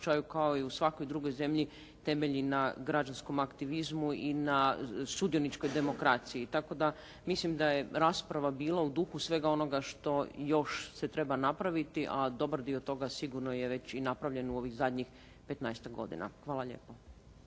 kao i u svakoj drugoj zemlji, temelji na građanskom aktivizmu i na sudioničkom demokraciji. Tako da mislim da je rasprava bila u duhu svega onoga što još se treba napraviti, a dobar dio toga sigurno je već i napravljen u ovih zadnjih 15-tak godina. Hvala lijepo.